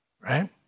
right